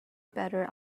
better